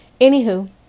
Anywho